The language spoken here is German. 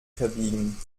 verbiegen